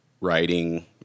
writing